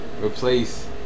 replace